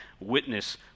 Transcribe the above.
witness